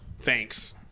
Thanks